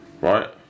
right